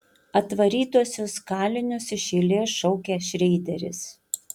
atvarytuosius kalinius iš eilės šaukia šreideris